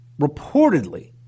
reportedly